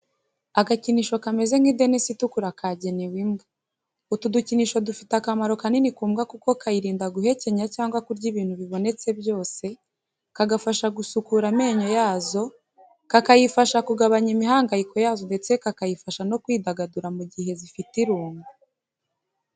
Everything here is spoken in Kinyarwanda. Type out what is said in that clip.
Agakinisho kameze nk'idenesi itukura kagenewe imbwa. Utu dukinisho dufite akamaro kanini ku mbwa kuko kayirinda guhekenya cyangwa kurya ibintu bibonetse byose, kagafasha gusukura amenyo yazo, kakayifasha kugabanya imihangayiko yazo ndetse kakayifasha no kwidagadura mu gihe zifite irungu.